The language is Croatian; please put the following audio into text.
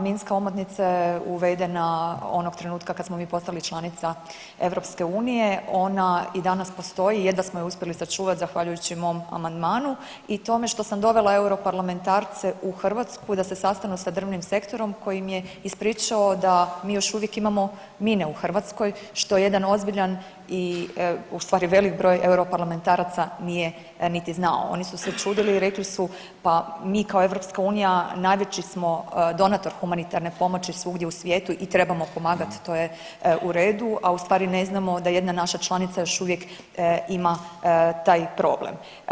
Minska omotnica je uvedena onog trenutka kad smo mi postali članica EU, onda i danas postoji, jedva smo je uspjeli sačuvati zahvaljujući mom amandmanu i tome što sam dovela europarlamentarce u Hrvatsku da se sastanu sa drvnim sektorom koji im je ispričao da mi još uvijek imamo mine u Hrvatskoj, što jedan ozbiljan i ustvari velik broj europarlamentaraca nije niti znao, oni su se čudili i rekli su, pa mi kao EU najveći smo donator humanitarne pomoći svugdje u svijetu i trebamo pomagati, to je u redu, a u stvari ne znamo da jedna naša članica još uvijek ima taj problem.